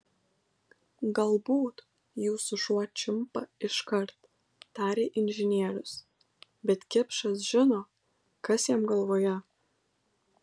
galbūt jūsų šuo čiumpa iškart tarė inžinierius bet kipšas žino kas jam galvoje